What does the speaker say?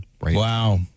Wow